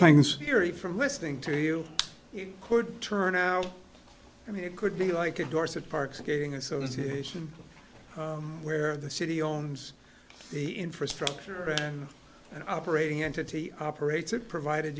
erie from listening to you could turn out i mean it could be like a dorset park skating association where the city owns the infrastructure and operating entity operates it provided